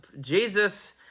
Jesus